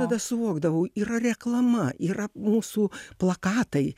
tada suvokdavau yra reklama yra mūsų plakatai